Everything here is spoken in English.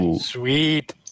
Sweet